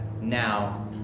now